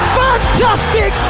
fantastic